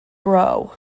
brough